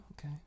okay